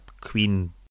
Queen